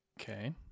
Okay